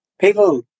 people